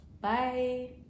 Bye